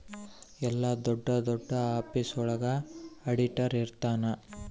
ಎಲ್ಲ ದೊಡ್ಡ ದೊಡ್ಡ ಆಫೀಸ್ ಒಳಗ ಆಡಿಟರ್ ಇರ್ತನ